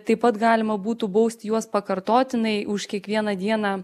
taip pat galima būtų bausti juos pakartotinai už kiekvieną dieną